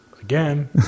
Again